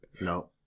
No